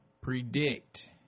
predict